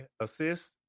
assist